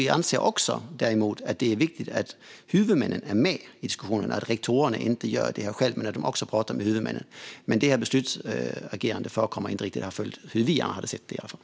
Vi anser däremot att det är viktigt att huvudmännen är med i diskussionerna och att rektorerna inte gör detta själva utan också pratar med huvudmännen. Men detta beslutsagerande följer inte riktigt hur vi hade velat se det.